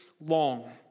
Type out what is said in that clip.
long